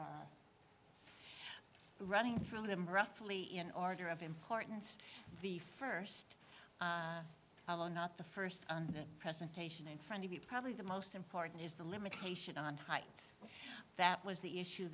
see running through them roughly in order of importance the first problem not the first presentation in front of you probably the most important is the limitation on height that was the issue